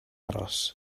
aros